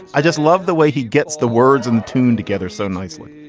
i just love the way he gets the words in tune together so nicely